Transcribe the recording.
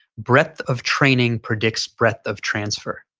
breadth of training predicts breadth of transfer.